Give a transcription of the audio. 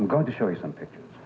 going to show you some pictures